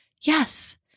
Yes